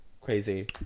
crazy